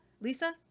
Lisa